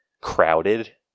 crowded